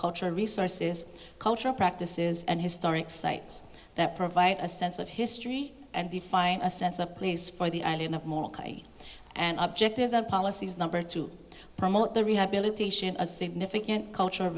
cultural resources cultural practices and historic sites that provide a sense of history and define a sense of place for the island of an object policies number to promote the rehabilitation a significant cultural